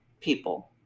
people